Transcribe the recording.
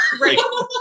Right